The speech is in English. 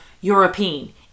European